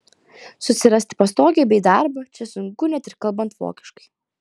susirasti pastogę bei darbą čia sunku net ir kalbant vokiškai